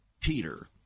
peter